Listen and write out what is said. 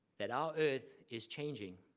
that our earth is changing.